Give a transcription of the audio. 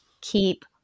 keep